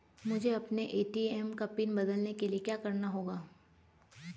मुझे अपने ए.टी.एम का पिन बदलने के लिए क्या करना होगा?